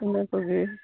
ᱤᱱᱟᱹ ᱠᱚᱜᱮ